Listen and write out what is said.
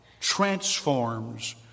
transforms